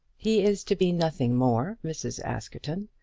he is to be nothing more, mrs. askerton.